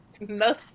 no